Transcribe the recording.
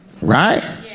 right